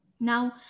Now